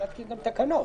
אפשר להתקין גם תקנות.